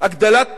הגדלת